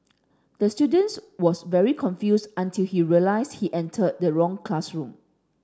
the student was very confused until he realised he entered the wrong classroom